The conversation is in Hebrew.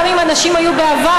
גם אם אנשים היו בעבר,